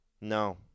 No